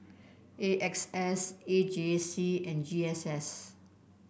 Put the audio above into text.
A X S A J C and G S S